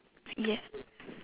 yet